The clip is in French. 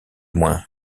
moins